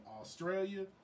Australia